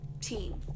team